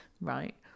Right